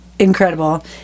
Incredible